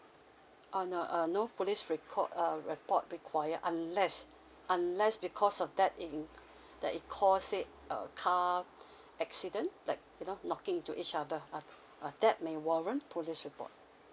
on a uh no police record uh report require unless unless because of that in that it cause it uh car accident like you know knocking to each other uh uh that may warrant police report